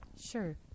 Sure